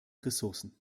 ressourcen